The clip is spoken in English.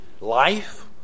life